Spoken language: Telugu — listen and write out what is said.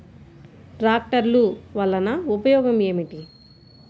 ట్రాక్టర్లు వల్లన ఉపయోగం ఏమిటీ?